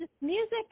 music